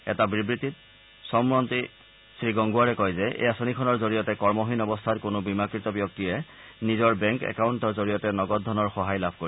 এটা বিবৃতিত শ্ৰমমন্ত্ৰী শ্ৰীগংগোৱাৰে কয় যে এই আঁচনিখনৰ জৰিয়তে কমহীন অৱস্থাত কোনো বীমাকৃত ব্যক্তিয়ে নিজৰ বেংক একাউণ্টৰ জৰিয়তে নগদ ধনৰ সহায় লাভ কৰিব